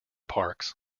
parks